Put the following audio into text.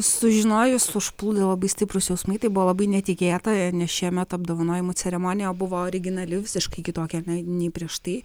sužinojus užplūdo labai stiprūs jausmai tai buvo labai netikėta nes šiemet apdovanojimų ceremonija buvo originali visiškai kitokia na nei prieš tai